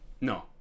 No